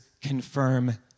confirm